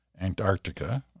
Antarctica